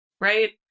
Right